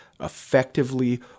effectively